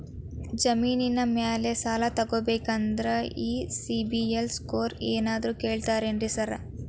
ಜಮೇನಿನ ಮ್ಯಾಲೆ ಸಾಲ ತಗಬೇಕಂದ್ರೆ ಈ ಸಿಬಿಲ್ ಸ್ಕೋರ್ ಏನಾದ್ರ ಕೇಳ್ತಾರ್ ಏನ್ರಿ ಸಾರ್?